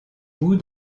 vous